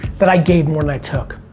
that i gave more than i took.